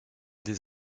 des